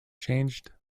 changed